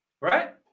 Right